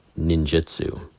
ninjutsu